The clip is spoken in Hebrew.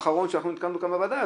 האחרון שנתקלנו שם בוועדה,